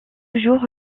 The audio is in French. jour